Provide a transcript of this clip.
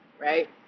right